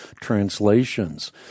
translations